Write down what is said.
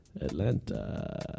Atlanta